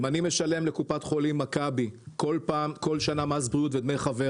אם אני משלם לקופת חולים מכבי בכל שנה מס בריאות ודמי חבר